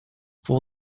for